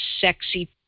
sexy